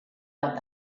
bat